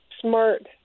smart